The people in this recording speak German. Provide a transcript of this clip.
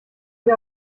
die